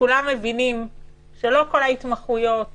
כשכולם מבינים שלא כל ההתמחויות